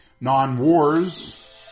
Non-wars